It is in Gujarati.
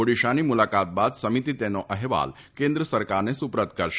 ઓડીશાની મુલાકાત બાદ સમિતી તેનો અફેવાલ કેન્દ્ર સરકારને સુપરત કરશે